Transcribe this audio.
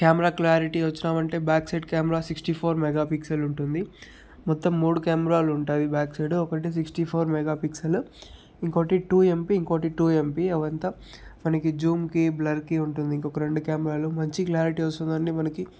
camera clarity వచ్చినామంటే back side camera sixty four megapixel ఉంటుంది మొత్తం మూడు కెమెరాలు ఉంటాయి బ్యాక్ సైడ్ ఒకటి సిక్స్టీ ఫోర్ మెగాఫిక్సల్ ఇంకోటి టూ ఎంపీ ఇంకోటి టూ ఎంపీ అవంతా మనకి జూమ్కి బ్లర్కి ఉంటుంది ఇంకొక రెండు కెమెరాలు మంచి క్లారిటీ వస్తుందండి మనకి